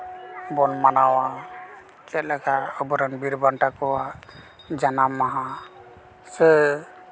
ᱢᱟᱱᱟᱣᱟ ᱪᱮᱫ ᱞᱮᱠᱟ ᱟᱵᱚ ᱨᱮᱱ ᱵᱤᱨᱵᱟᱱᱴᱟ ᱠᱚᱣᱟᱜ ᱡᱟᱱᱟᱢ ᱢᱟᱦᱟ ᱥᱮ